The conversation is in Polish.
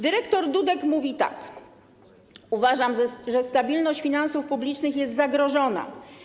Dyrektor Dudek mówi tak: Uważam, że stabilność finansów publicznych jest zagrożona.